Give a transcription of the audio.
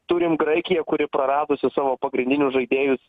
turim graikiją kuri praradusi savo pagrindinius žaidėjus